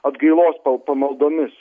atgailos pal pamaldomis